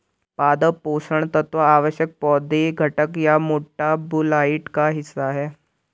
पादप पोषण तत्व आवश्यक पौधे घटक या मेटाबोलाइट का हिस्सा है